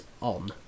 on